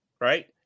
right